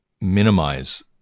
minimize